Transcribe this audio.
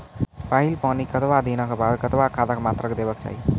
पहिल पानिक कतबा दिनऽक बाद कतबा खादक मात्रा देबाक चाही?